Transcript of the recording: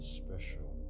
special